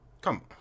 Come